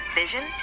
vision